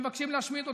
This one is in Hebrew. שמבקשים להשמיד אותנו.